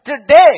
Today